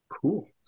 Cool